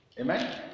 amen